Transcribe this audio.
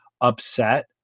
upset